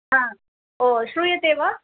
हा ओ श्रूयते वा